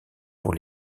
pour